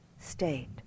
state